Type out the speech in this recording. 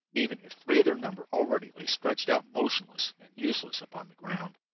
even if three of their number already lay stretched out motionless and useless upon the ground.